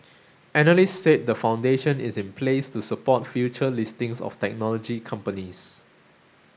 analysts said the foundation is in place to support future listings of technology companies